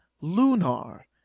Lunar